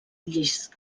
llis